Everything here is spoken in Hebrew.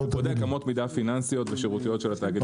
בודק אמות מידה פיננסיות ושירותיות של התאגיד.